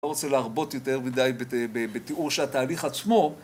אני לא רוצה להרבות יותר מדי בתיאור של התהליך עצמו.